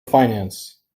finance